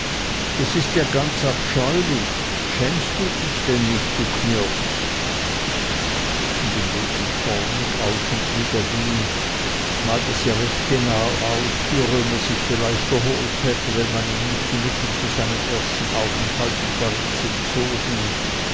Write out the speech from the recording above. das ist ja ganz abscheulich schämst du dich denn nicht du knirps und indem sie zornig auf und nieder ging malte sie recht genau aus wie römer sich vielleicht erholt hätte wenn man ihm nicht die mittel zu seinem ersten aufenthalte in paris entzogen